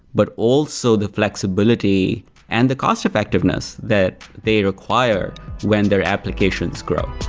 but also the flexibility and the cost effectiveness that they require when their applications grow